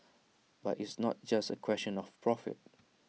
but it's not just A question of profit